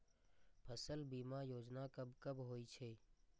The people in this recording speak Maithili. फसल बीमा योजना कब कब होय छै?